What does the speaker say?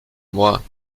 moi